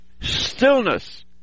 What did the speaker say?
stillness